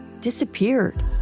disappeared